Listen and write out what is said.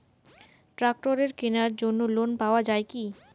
ট্রাক্টরের কেনার জন্য লোন পাওয়া যায় কি?